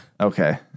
Okay